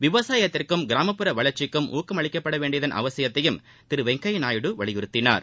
விவசாயத்திற்கும் கிராமப்புற வளர்ச்சிக்கும் ஊக்கமளிக்கப்படவேண்டியதன் அவசியத்தையும் திரு வெங்கய்யா நாயுடு வலியுறுத்தினார்